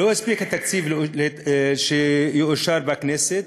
התקציב לא הספיק להיות מאושר בכנסת,